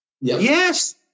yes